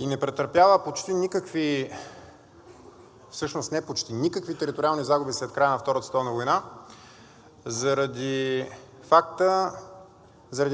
не претърпява почти никакви, всъщност не почти, никакви териториални загуби след края на Втората световна война заради